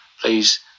please